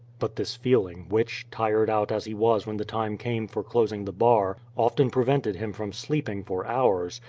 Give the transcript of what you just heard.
but this feeling, which, tired out as he was when the time came for closing the bar, often prevented him from sleeping for hours,